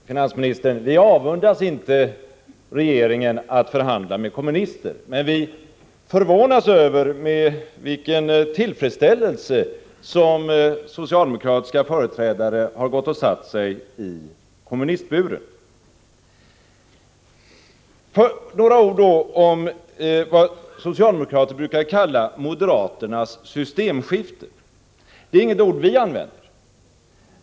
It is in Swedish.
Fru talman! Nej, finansministern, vi avundas inte regeringen att den förhandlar med kommunister, men vi förvånas över med vilken tillfredsställelse som socialdemokratiska företrädare har gått och satt sig i kommunistburen. Först några ord om vad socialdemokraterna brukar kalla moderat systemskifte. Det är inget ord vi använder.